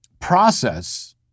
process